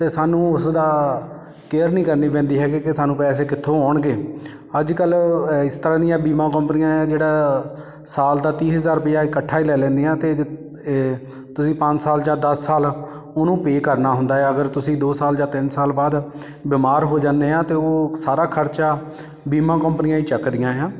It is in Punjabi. ਅਤੇ ਸਾਨੂੰ ਉਸਦਾ ਕੇਅਰ ਨਹੀਂ ਕਰਨੀ ਪੈਂਦੀ ਹੈਗੀ ਕਿ ਸਾਨੂੰ ਪੈਸੇ ਕਿੱਥੋਂ ਆਉਣਗੇ ਅੱਜ ਕੱਲ੍ਹ ਜ ਇਸ ਤਰ੍ਹਾਂ ਦੀਆਂ ਬੀਮਾ ਕੰਪਨੀਆਂ ਆ ਜਿਹੜਾ ਸਾਲ ਦਾ ਤੀਹ ਹਜ਼ਾਰ ਰੁਪਈਆ ਇਕੱਠਾ ਹੀ ਲੈ ਲੈਂਦੀਆਂ ਅਤੇ ਜ ਤੁਸੀਂ ਪੰਜ ਸਾਲ ਜਾਂ ਦਸ ਸਾਲ ਉਹਨੂੰ ਪੇ ਕਰਨਾ ਹੁੰਦਾ ਆ ਅਗਰ ਤੁਸੀਂ ਦੋ ਸਾਲ ਜਾਂ ਤਿੰਨ ਸਾਲ ਬਾਅਦ ਬਿਮਾਰ ਹੋ ਜਾਂਦੇ ਆ ਅਤੇ ਉਹ ਸਾਰਾ ਖਰਚਾ ਬੀਮਾ ਕੰਪਨੀਆਂ ਹੀ ਚੱਕਦੀਆਂ ਆ